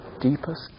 deepest